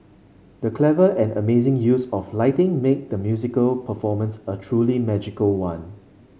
the clever and amazing use of lighting made the musical performance a truly magical one